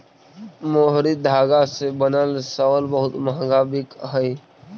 मोहरी धागा से बनल शॉल बहुत मँहगा बिकऽ हई